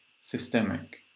systemic